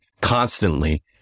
constantly